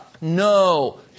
No